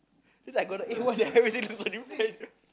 is like I gonna eh what the hell